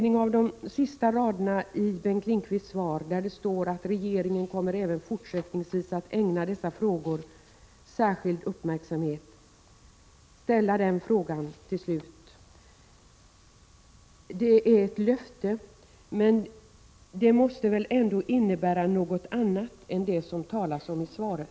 I de sista raderna i svaret säger Bengt Lindqvist: ”Regeringen kommer även fortsättningsvis att ägna dessa frågor särskild uppmärksamhet.” Detta är ju ett löfte, men det måste väl ändå innebära något annat än vad som talas om i svaret?